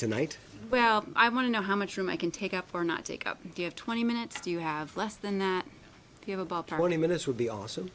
tonight well i want to know how much room i can take up for not take up give twenty minutes do you have less than that of about twenty minutes would be awesome